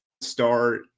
start